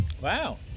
Wow